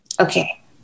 okay